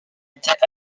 étaient